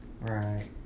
Right